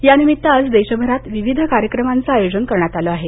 या निमित्त आज देशभरात विविध कार्यक्रमाचं आयोजन करण्यात आलं आहे